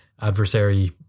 adversary